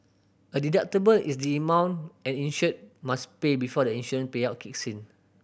a deductible is the amount an insured must pay before the insurance payout kicks in